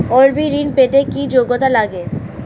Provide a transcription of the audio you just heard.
তলবি ঋন পেতে কি যোগ্যতা লাগে?